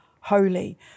holy